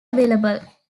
available